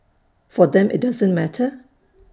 for them IT doesn't matter